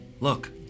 Look